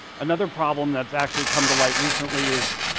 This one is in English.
another problem that's actually come to light recently is